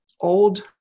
old